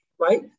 right